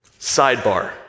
Sidebar